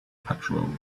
patrol